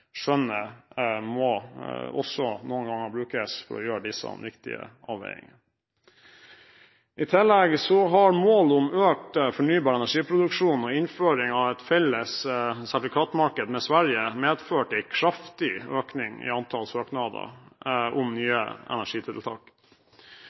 skjønnet må noen ganger brukes for å gjøre disse viktige avveiningene. I tillegg har målet om økt fornybar energiproduksjon og innføringen av et felles sertifikatmarked med Sverige medført en kraftig økning i antall søknader om nye